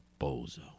bozo